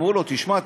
אמרו לו: תשמע,